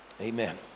Amen